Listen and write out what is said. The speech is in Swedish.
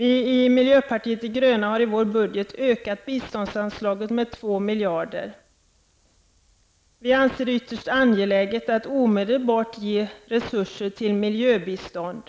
Vi i miljöpartiet de gröna har i vår budget ökat biståndsanslaget med 2 miljarder. Vi anser det ytterst angeläget att omedelbart ge resurser till miljöbistånd.